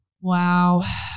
Wow